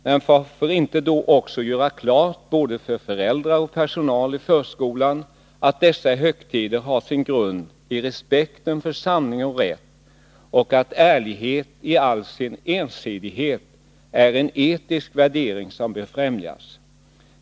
Men varför då inte också göra klart för både föräldrar och personal i förskolan att dessa högtider har sin grund i respekten för sanning och rätt och att ärligheten, i all sin ensidighet, är en etisk värdering, som bör främjas?